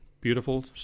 beautiful